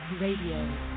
Radio